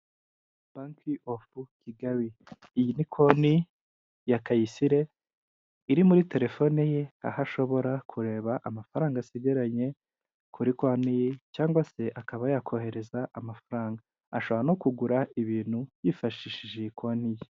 Bank of Kigali iyi ni konti ya Kayisire iri muri telefone ye, aho ashobora kureba amafaranga asigaranye kuri konti ye cyangwa se akaba yakohereza amafaranga, ashobora no kugura ibintu yifashishije konti ye.